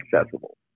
accessible